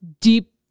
deep